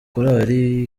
korari